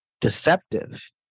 deceptive